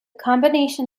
combination